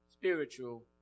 Spiritual